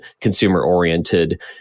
consumer-oriented